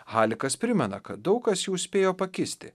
halikas primena kad daug kas jau spėjo pakisti